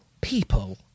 people